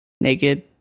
naked